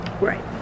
Right